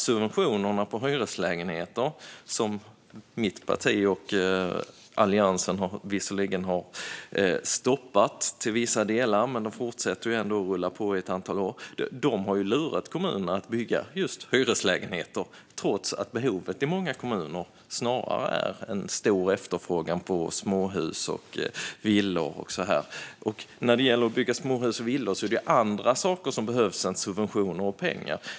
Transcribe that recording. Subventionerna av hyreslägenheter, som mitt parti och Alliansen visserligen har stoppat till vissa delar men som ändå fortsätter att rulla på i ett antal år, har lurat kommunerna att bygga just hyreslägenheter, trots att det i många kommuner snarare är en stor efterfrågan på villor och andra småhus. När det gäller att bygga villor och andra småhus är det andra saker som behövs än subventioner och pengar.